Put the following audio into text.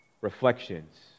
reflections